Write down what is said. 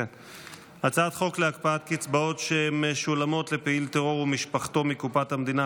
לרשויות המקומיות הסמוכות לנמל התעופה בן-גוריון),